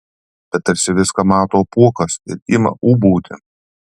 bet tarsi viską mato apuokas ir ima ūbauti